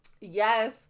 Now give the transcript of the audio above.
yes